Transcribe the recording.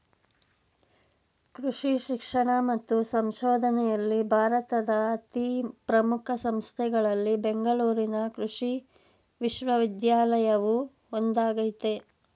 ಕೃಷಿ ಶಿಕ್ಷಣ ಮತ್ತು ಸಂಶೋಧನೆಯಲ್ಲಿ ಭಾರತದ ಅತೀ ಪ್ರಮುಖ ಸಂಸ್ಥೆಗಳಲ್ಲಿ ಬೆಂಗಳೂರಿನ ಕೃಷಿ ವಿಶ್ವವಿದ್ಯಾನಿಲಯವು ಒಂದಾಗಯ್ತೆ